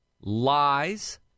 lies